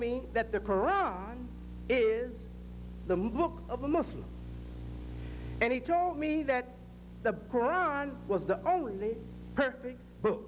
me that the koran is the book of a muslim and he told me that the koran was the only perfect b